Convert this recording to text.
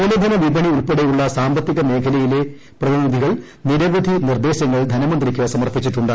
മൂലധന വിപണി ഉൾപ്പെടെയുള്ള സാമ്പത്തികൃമേഖ്ലയിലെ പ്രതിനിധികൾ നിരവധി നിർദ്ദേശങ്ങൾ ധനമന്ത്രിക്ക് ്സ്കൂർപ്പിച്ചിട്ടുണ്ട്